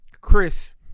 chris